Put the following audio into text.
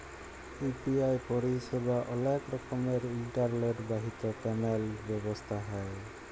UPI পরিসেবা অলেক রকমের ইলটারলেট বাহিত পেমেল্ট ব্যবস্থা হ্যয়